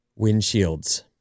windshields